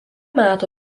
meto